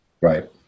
Right